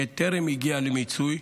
שטרם הגיע למיצוי,